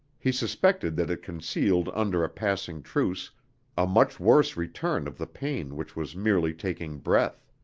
he suspected that it concealed under a passing truce a much worse return of the pain which was merely taking breath.